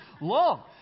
long